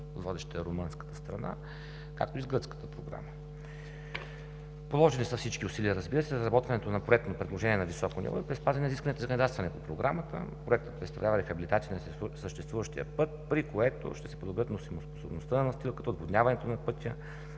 водеща е румънската страна, както и с гръцката програма. Положени са всички усилия, разбира се, за разработването на проектно предложение на високо ниво и при спазване на изискванията за кандидатстване по Програмата. Проектът представлява рехабилитация на съществуващия път, при което ще се подобрят носимоспособността на настилката, отводняването на пътя,